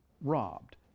robbed